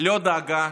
לא דאגה